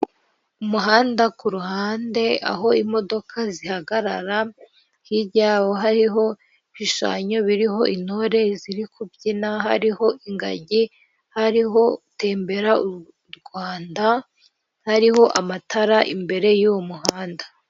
Umuhanda ku ruhande aho imodoka zihagarara hirya yaho hariho ibishushanyo biriho intore ziri kubyina, hariho ingagi, hariho gutembera u Rwanda, ariho amatara imbere y'uwo muhanda.